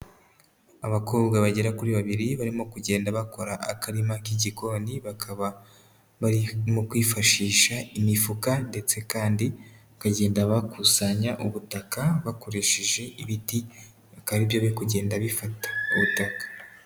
Abakobwa bagera kuri babiri barimo kugenda bakora akarima cy'igikoni, bakaba barimo kwifashisha imifuka ndetse kandi bakagenda bakusanya ubutaka bakoresheje ibiti, bikaba ari byo biri kugenda bifata ubutaka.